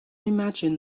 imagine